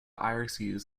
irises